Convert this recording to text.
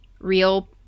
real